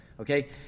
Okay